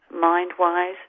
Mind-wise